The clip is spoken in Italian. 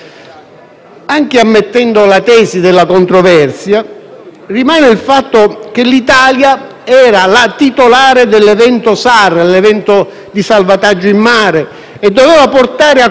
era la titolare dell'evento SAR (*search and rescue*), ossia del salvataggio mare, e doveva portare a compimento le operazioni proprio con l'indicazione del posto sicuro e il conseguente sbarco.